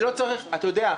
אתה יודע,